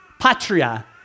patria